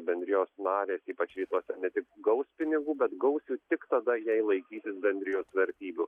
bendrijos narės ypač rytuose ne tik gaus pinigų bet gaus jų tik tada jei laikytis bendrijos vertybių